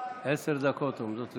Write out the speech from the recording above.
עשר דקות עומדות לרשותך.